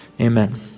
Amen